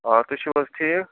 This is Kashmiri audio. آ تُہۍ چھِو حظ ٹھیٖک